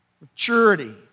Maturity